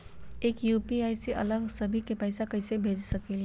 एक यू.पी.आई से अलग अलग सभी के पैसा कईसे भेज सकीले?